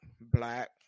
black